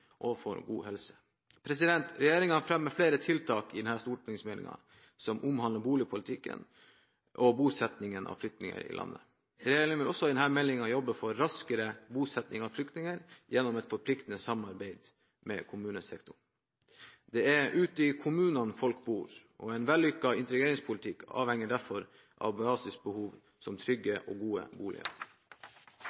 å ha god helse. Regjeringen fremmer flere tiltak i denne stortingsmeldingen som omhandler boligpolitikken og bosettingen av flyktninger her i landet. Det gjelder ifølge denne meldingen å jobbe for raskere bosetting av flyktninger gjennom forpliktende samarbeid med kommunesektoren. Det er ute i kommunene folk bor, og en vellykket integreringspolitikk avhenger derfor av basisbehov, som trygge